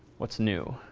what's new?